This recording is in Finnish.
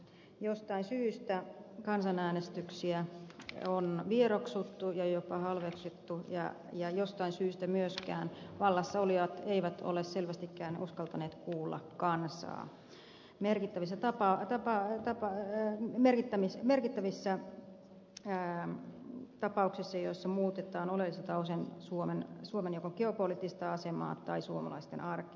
jostain syystä kansanäänestyksiä on vieroksuttu ja jopa halveksittu ja jostain syystä myöskään vallassaolijat eivät ole selvästikään uskaltaneet muullakaan saa merkitä sitä vaateparren kuulla kansaa merkittävissä tapauksissa joissa muutetaan oleellisilta osin joko suomen geopoliittista asemaa tai suomalaisten arkea